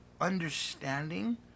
understanding